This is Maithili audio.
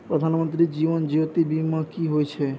प्रधानमंत्री जीवन ज्योती बीमा की होय छै?